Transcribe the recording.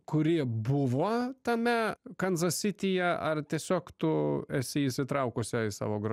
kurie buvo tame kanzas sityje ar tiesiog tu esi įsitraukus į savo